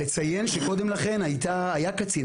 לציין שקודם לכן היה קצין,